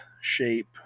shape